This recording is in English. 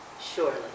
surely